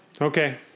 Okay